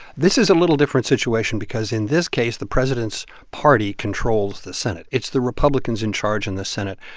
this is a little different situation because in this case, the president's party controls the senate. it's the republicans in charge in the senate.